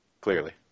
Clearly